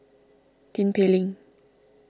Tin Pei Ling